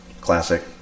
classic